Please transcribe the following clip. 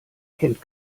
kennt